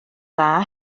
dda